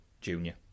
junior